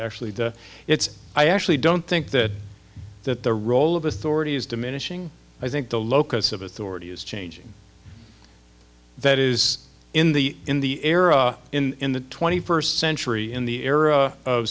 actually it's i actually don't think that that the role of authority is diminishing i think the locus of authority is changing that is in the in the era in the twenty first century in the era of